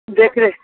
देखै